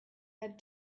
had